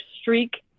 streak